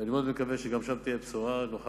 ואני מאוד מקווה שגם שם תהיה בשורה ונוכל